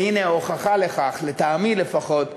והנה ההוכחה לכך, לטעמי לפחות,